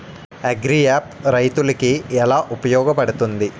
Agri app రైతులకి ఏలా ఉపయోగ పడుతుంది?